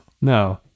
No